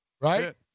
Right